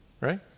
Right